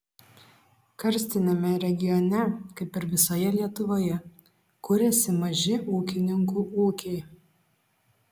karstiniame regione kaip ir visoje lietuvoje kuriasi maži ūkininkų ūkiai